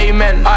Amen